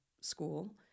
school